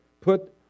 put